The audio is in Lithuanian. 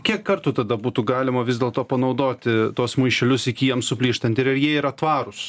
kiek kartų tada būtų galima vis dėlto panaudoti tuos maišelius iki jiems suplyštant ir ar jie yra tvarūs